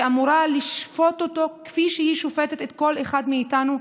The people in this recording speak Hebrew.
שאמורה לשפוט אותו כפי שהיא שופטת כל אחד מאיתנו,